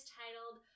titled